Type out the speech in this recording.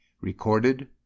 Recorded